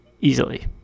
easily